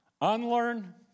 unlearn